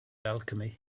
alchemy